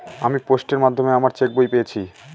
আমি পোস্টের মাধ্যমে আমার চেক বই পেয়েছি